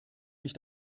mich